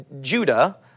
Judah